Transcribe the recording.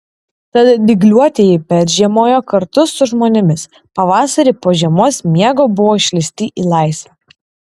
tad dygliuotieji peržiemojo kartu su žmonėmis pavasarį po žiemos miego buvo išleisti į laisvę